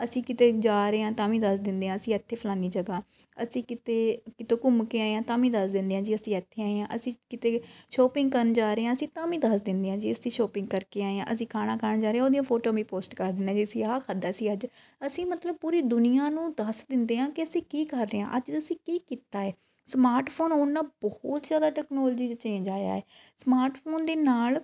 ਅਸੀਂ ਕਿਤੇ ਜਾ ਰਹੇ ਹਾਂ ਤਾਂ ਵੀ ਦੱਸ ਦਿੰਦੇ ਹਾਂ ਅਸੀਂ ਇੱਥੇ ਫਲਾਨੀ ਜਗ੍ਹਾ ਅਸੀਂ ਕਿਤੇ ਕਿਤੋਂ ਘੁੰਮ ਕੇ ਆਏ ਹਾਂ ਤਾਂ ਵੀ ਦੱਸ ਦਿੰਦੇ ਹਾਂ ਜੀ ਅਸੀਂ ਇੱਥੇ ਆਏ ਹਾਂ ਅਸੀਂ ਕਿਤੇ ਸ਼ੋਪਿੰਗ ਕਰਨ ਜਾ ਰਹੇ ਹਾਂ ਅਸੀਂ ਤਾਂ ਵੀ ਦੱਸ ਦਿੰਦੇ ਹਾਂ ਜੀ ਅਸੀਂ ਸ਼ੋਪਿੰਗ ਕਰਕੇ ਆਏ ਹਾਂ ਅਸੀਂ ਖਾਣਾ ਖਾਣ ਜਾ ਰਹੇ ਉਹਦੀਆਂ ਫੋਟੋ ਵੀ ਪੋਸਟ ਕਰ ਦਿੰਦੇ ਜੀ ਅਸੀਂ ਆਹ ਖਾਧਾ ਜੀ ਅੱਜ ਅਸੀਂ ਮਤਲਬ ਪੂਰੀ ਦੁਨੀਆਂ ਨੂੰ ਦੱਸ ਦਿੰਦੇ ਹਾਂ ਕਿ ਅਸੀਂ ਕੀ ਕਰ ਰਹੇ ਹਾਂ ਅੱਜ ਅਸੀਂ ਕੀ ਕੀਤਾ ਏ ਸਮਾਰਟ ਫੋਨ ਆਉਣ ਨਾਲ਼ ਬਹੁਤ ਜ਼ਿਆਦਾ ਟੈਕਨੋਲਜੀ 'ਚ ਚੇਂਜ ਆਇਆ ਸਮਾਰਟ ਫੋਨ ਦੇ ਨਾਲ਼